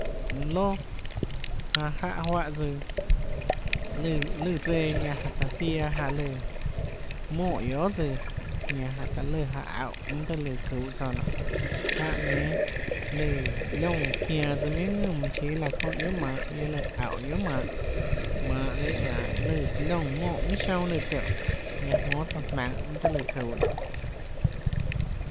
Loà janã jáhã juáh tsøã lùã lùã reã ñanã jáhå taã ziaã jaå lùã monè guiohà tsøã ñanã jánhå taã lùã jaå aúhå mønâ tøhê lùã çuhå tsouã nonê jáhã nénâ lùã liónã çianå tsøã minhà liónã ðúnã manã chíâ laã çounã guiohà manhå guiaâ lùã aúhå guiohà manhå manhå dehâ lùã aå lùã liónã monè minhà sionâ lùã tióhå ñanã jmónâ tsouã jmaønhå mønâ tøhê lùã çuhå nonê